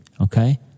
okay